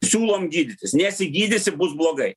siūlom gydytis nesigydysi bus blogai